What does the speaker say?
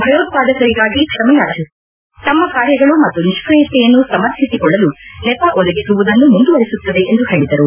ಭಯೋತ್ಪಾದಕರಿಗಾಗಿ ಕ್ಷಮೆಯಾಚಿಸುವ ದೇಶಗಳು ತಮ್ಮ ಕಾರ್ಯಗಳು ಮತ್ತು ನಿಷ್ಠಿಯತೆಯನ್ನು ಸಮರ್ಥಿಸಿಕೊಳ್ಳಲು ನೆಪ ಒದಗಿಸುವುದನ್ನು ಮುಂದುವರಿಸುತ್ತದೆ ಎಂದು ಹೇಳಿದರು